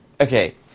Okay